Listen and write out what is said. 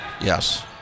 Yes